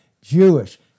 Jewish